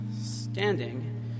standing